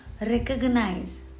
Recognize